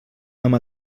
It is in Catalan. amb